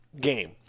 game